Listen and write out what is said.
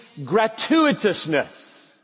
gratuitousness